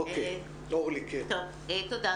תודה.